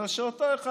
בגלל שאותו אחד,